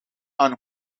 aan